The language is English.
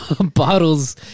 bottles